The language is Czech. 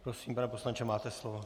Prosím, pane poslanče, máte slovo.